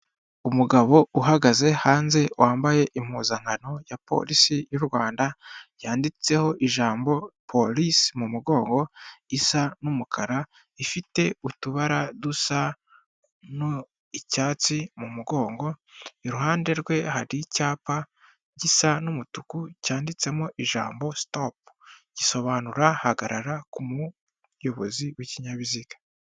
Umugabo uhagaze hanze wambaye impuzankano ya polisi y'u Rwanda, yanditseho ijambo police mu mugongo isa n'umukara, ifite utubara dusa n'icyatsi mu mugongo, iruhande rwe hari icyapa gisa n'umutuku cyanditsemo ijambo sitopu, gisobanura hagarara ku muyobozi w'ikinyabiziga.